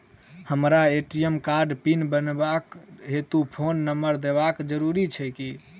हमरा ए.टी.एम कार्डक पिन लेबाक हेतु फोन नम्बर देबाक जरूरी छै की?